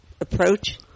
approach